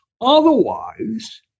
Otherwise